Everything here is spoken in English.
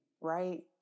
right